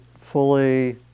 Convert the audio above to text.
fully